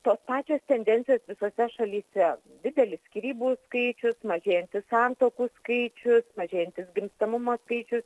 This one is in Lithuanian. tos pačios tendencijos visose šalyse didelis skyrybų skaičius mažėjantis santuokų skaičius mažėjantis gimstamumo skaičius